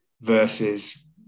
versus